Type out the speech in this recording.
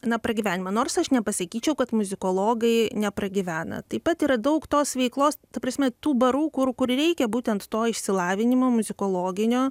na pragyvenimą nors aš nepasakyčiau kad muzikologai nepragyvena taip pat yra daug tos veiklos ta prasme tų barų kur kur reikia būtent to išsilavinimo muzikologinio